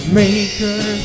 maker